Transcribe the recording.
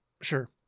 Sure